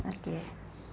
okay